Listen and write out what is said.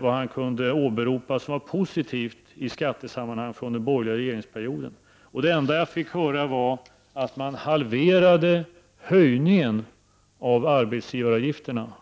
vad han kunde åberopa som positivt i skattesammanhang från den borgerliga regeringsperioden. Det enda jag fick höra var att man halverade höjningen av arbetsgivaravgifterna.